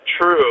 True